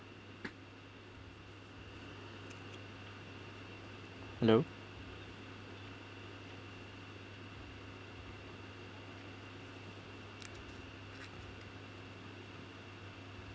hello